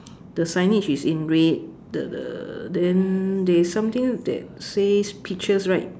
the signage is in red the the then there's something that says peaches right